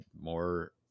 more